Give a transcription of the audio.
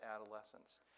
adolescence